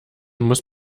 muss